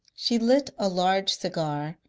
she lit a large cigar,